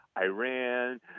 Iran